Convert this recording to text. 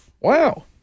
Wow